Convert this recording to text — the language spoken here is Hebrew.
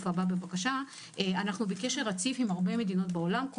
אנחנו בקשר רציף עם הרבה מדינות בעולם,